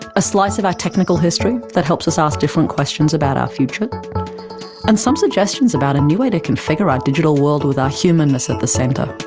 a slice of our technical history that helps us ask different questions of our future and some suggestions about a new way to configure our digital world with our humanness at the centre.